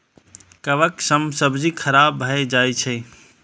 कवक सं सब्जी खराब भए जाइ छै